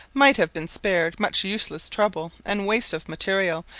might have been spared much useless trouble and waste of material,